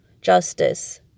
justice